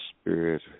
spirit